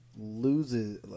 loses